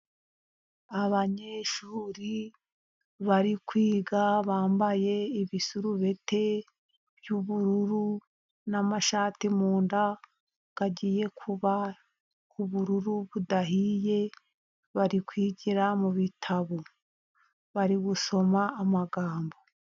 Abanyeshuri bari kwiga bambaye ibisurubeti by'ubururu n'amashati mu nda agiye kuba ubururu budahiye, bari kwigira mu bitabo bari gusoma amagambo.